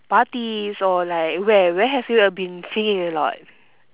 parties or like where where have you been singing a lot